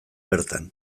bertan